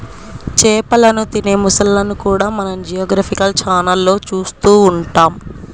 చేపలను తినే మొసళ్ళను కూడా మనం జియోగ్రాఫికల్ ఛానళ్లలో చూస్తూ ఉంటాం